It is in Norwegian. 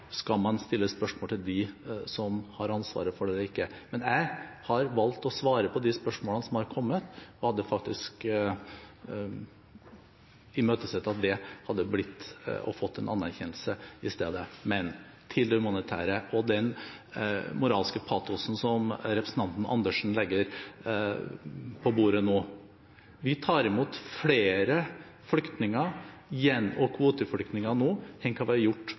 som har ansvaret for dette, eller ikke? Jeg har valgt å svare på de spørsmålene som har kommet, og hadde faktisk imøtesett å få en anerkjennelse i stedet. Men til det humanitære og til den moralske patosen som representanten Karin Andersen anvender her nå: Vi tar imot flere flyktninger og flere kvoteflyktninger nå enn hva det er gjort